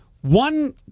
One